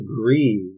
grieve